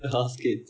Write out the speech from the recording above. basket